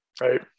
Right